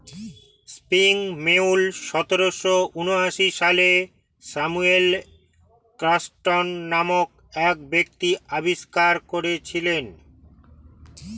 spinning mule সতেরোশো ঊনআশি সালে স্যামুয়েল ক্রম্পটন নামক এক ব্যক্তি আবিষ্কার করেছিলেন